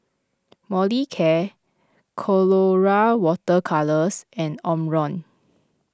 Molicare Colora Water Colours and Omron